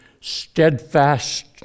steadfast